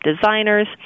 designers